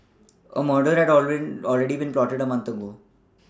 a murder had a rare already been plotted a month ago